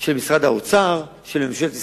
של משרד האוצר, של ממשלת ישראל.